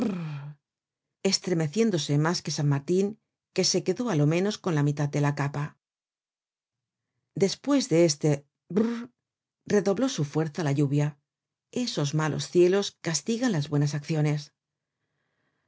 estremeciéndose mas que san martin que se quedó á lo menos con la mitad de la capa despues de este brrr redobló su fuerza la lluvia esos malos cielos castigan las bueñas acciones